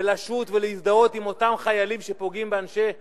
ולשוט ולהזדהות עם אותם חיילים שפוגעים באנשי המארינס,